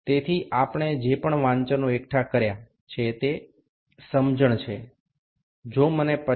এখানে বাহুগুলি একটু খোলা অবস্থায় থাকে এটি ধনাত্বক ত্রুটি নামে পরিচিত